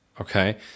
Okay